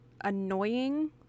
annoying